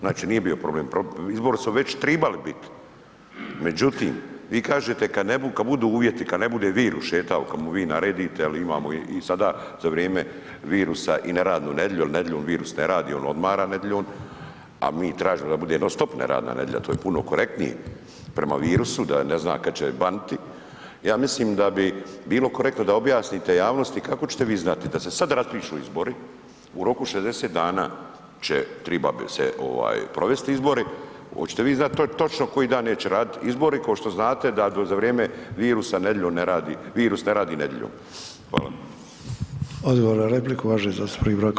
Znači nije bio problem, izbori su već tribali biti, međutim, vi kažete kad ne bude, kad budu uvjeti, kad ne bude virus šetao, kad mu vi naredite jer imamo i sada za vrijeme virusa i neradnu nedjelju jer nedjeljom virus ne radi, on odmara nedjeljom, a mi tražimo da bude non-stop neradna nedjelja, to je puno korektnije prema virusu, da ne zna kad će banuti, ja mislim da bi bilo korektno da objasnite javnosti kako ćete vi znati, da se sad raspišu izbori u roku 60 dana će triba se provesti izbori, hoćete vi znati točno koji dan neće raditi izbori kao što znate da za vrijeme virusa, nedjeljom ne radi, virus ne radi nedjeljom.